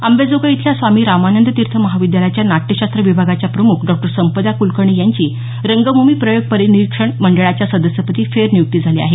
अंबाजोगाई इथल्या स्वामी रामानंद तीर्थ महाविद्यालयाच्या नाटयशास्त्र विभागाच्या प्रमुख डॉ संपदा कुलकर्णी यांची रंगभूमी प्रयोग परिनिरीक्षण मंडळाच्या सदस्यपदी फेर नियुक्ती झाली आहे